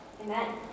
Amen